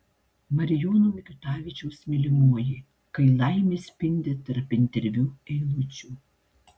marijono mikutavičiaus mylimoji kai laimė spindi tarp interviu eilučių